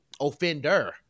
offender